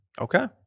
Okay